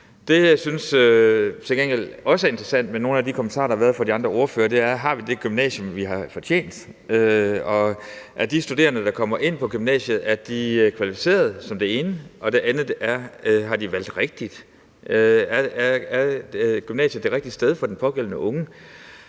synes er interessant i forhold nogle af de kommentarer, der har været fra de andre ordførere, er: Har vi det gymnasium, vi har fortjent? Og er de studerende, der kommer ind på gymnasiet lige kvalificerede? Det er det ene, og det andet er: Har de valgt rigtigt? Er gymnasiet det rigtige sted for den pågældende unge?